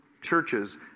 churches